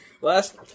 Last